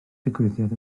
digwyddiad